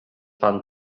pan